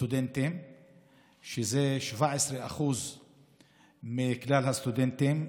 סטודנטים ערבים, שזה 17% מכלל הסטודנטים.